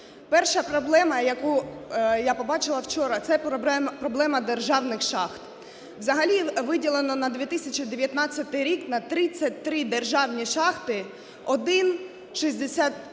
Перша проблема, яку я побачила вчора, – це проблема державних шахт. Взагалі виділено на 2019 рік на 33 державні шахти 1